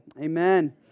Amen